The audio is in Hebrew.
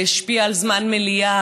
וזה השפיע על זמן המליאה.